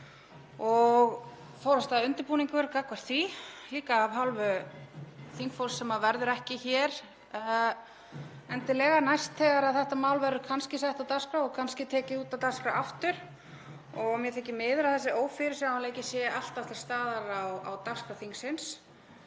og fór af stað undirbúningur gagnvart því líka af hálfu þingfólks sem verður ekki endilega hér næst þegar þetta mál verður kannski sett á dagskrá og kannski tekið út af dagskrá aftur. Mér þykir miður að þessi ófyrirsjáanleiki sé alltaf til staðar í dagskrá þingsins